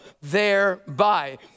thereby